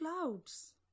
clouds